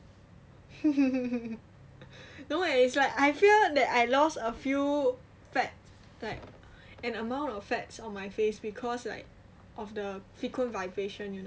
no eh I feel that I lost a few fat an amount of fats on my face because like of the frequent vibration you know